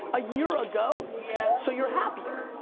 but a year ago? yeah. so you're happier?